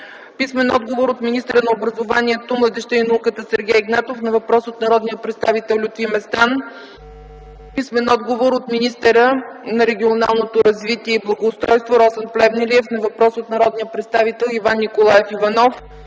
писмен отговор от министъра на образованието, младежта и науката Сергей Игнатов на въпрос от народния представител Лютви Местан; - писмен отговор от министъра на регионалното развитие и благоустройството Росен Плевнелиев на въпрос от народния представител Иван Николаев Иванов;